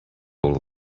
all